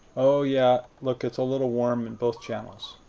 oh, yeah look. it's a little warm in both channels.